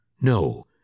No